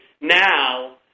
now